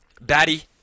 Batty